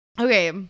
Okay